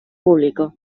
público